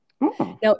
Now